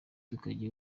tukajya